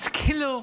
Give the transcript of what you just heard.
כאילו,